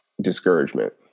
discouragement